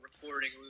recording